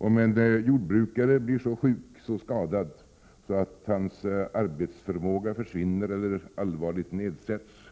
Om en jordbrukare blir så sjuk eller så skadad att hans arbetsförmåga försvinner eller allvarligt nedsätts,